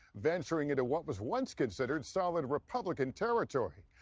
venturing into what was once considered solid republican territory.